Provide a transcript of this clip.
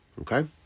okay